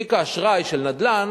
בתיק האשראי של נדל"ן,